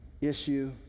issue